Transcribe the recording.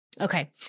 Okay